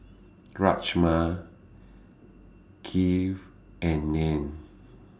Rajma Kheer and Naan